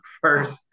first